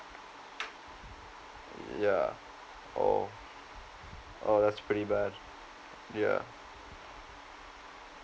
ya oh oh that's pretty bad ya